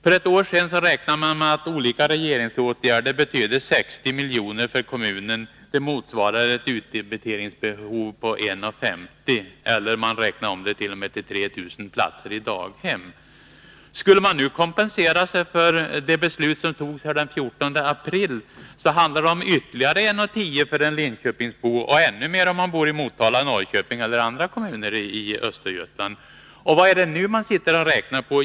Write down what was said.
För ett år sedan räknade man med att olika regeringsåtgärder betydde 60 milj.kr. för kommunen. Det motsvarar ett utdebiteringsbehov på 1:50 kr., eller omräknat 3 000 platser i daghem. Skulle man nu i landsting och kommun kompensera sig för det beslut som fattades den 14 april, handlar det om ytterligare 1:10 kr. för en linköpingsbo och ännu mer för den som bor i Motala, Norrköping eller i någon annan kommun i Östergötland. Vad är det som man nu sitter och räknar på?